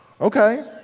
Okay